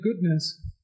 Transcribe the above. goodness